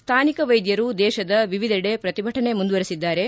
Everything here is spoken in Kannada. ಸ್ಥಾನಿಕ ವೈದ್ಯರು ದೇಶದ ವಿವಿಧೆಡೆ ಪ್ರತಿಭಟನೆ ಮುಂದುವರಿಸಿದ್ದಾರೆ